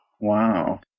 Wow